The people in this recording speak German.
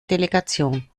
delegation